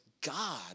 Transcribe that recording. God